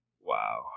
Wow